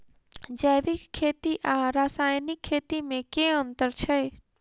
जैविक खेती आ रासायनिक खेती मे केँ अंतर छै?